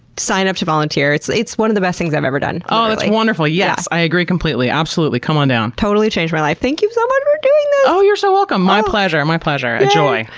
sign up to volunteer. it's it's one of the best things i've ever done. oh, that's wonderful. yes, i agree completely, absolutely. come on down. totally changed my life. thank you so much for doing this! oh, you're so welcome. my pleasure, my pleasure, a joy.